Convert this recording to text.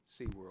SeaWorld